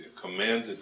commanded